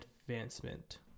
advancement